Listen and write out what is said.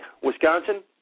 Wisconsin